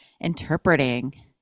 interpreting